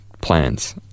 plans